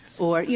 or, you